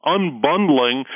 unbundling